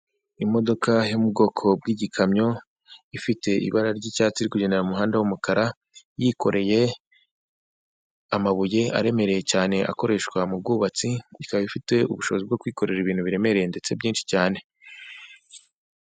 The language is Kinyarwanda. Imodoka yo mu bwoko bw'igikamyo ifite ibara ry'icyatsi, irikugendera mu muhanda w'umukara, yikoreye amabuye aremereye cyane akoreshwa mu bwubatsi, ikaba ifite ubushobozi bwo kwikorera ibintu biremereye ndetse byinshi cyane.